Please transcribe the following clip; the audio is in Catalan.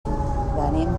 venim